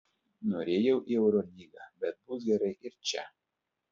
norėjau į eurolygą bet bus gerai ir čia